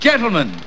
Gentlemen